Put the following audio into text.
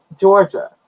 Georgia